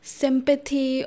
Sympathy